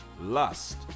lust